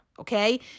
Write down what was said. Okay